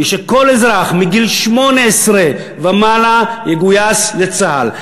היא שכל אזרח מגיל 18 ומעלה יגויס לצה"ל,